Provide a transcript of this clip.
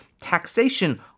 taxation